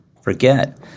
forget